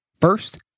First